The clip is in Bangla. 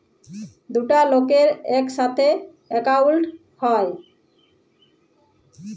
দুটা লকের ইকসাথে একাউল্ট হ্যয়